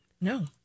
No